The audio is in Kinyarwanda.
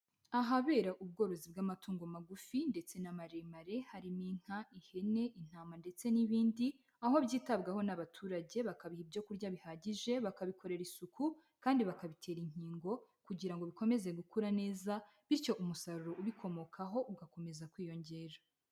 Ahabera ubworozi bw'amatungo magufi ndetse n'amaremare, harimo inka, ihene, intama ndetse n'ibindi, aho byitabwaho n'abaturage bakabiha ibyo kurya bihagije, bakabikorera isuku kandi bakabitera inkingo kugira ngo bikomeze gukura neza bityo umusaruro ubikomokaho ugakomeza kwiyongera.